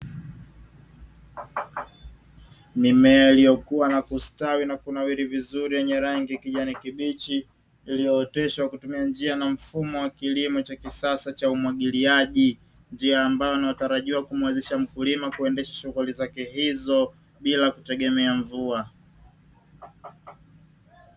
Mimea iliyokuwa na kustawi na kunawili vizuri yenye rangi ya kijani kibichi iliyoteshwa kutumia njia na mfumo wa kilimo cha kisasa cha umwagiliaji njia ambayo ina yotarajia kumuwezesha mkulima kuendesha shuguli zake hizo bila kutumia mvua.